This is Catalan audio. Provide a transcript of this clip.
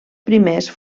primers